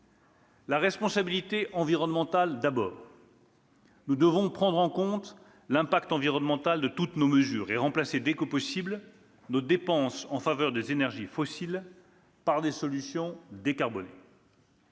la responsabilité environnementale. Nous devons prendre en compte l'impact environnemental de toutes nos dispositions et remplacer, dès que possible, nos dépenses en faveur des énergies fossiles par des solutions décarbonées.